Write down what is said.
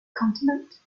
continent